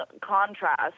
contrast